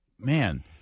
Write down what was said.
man